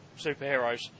superheroes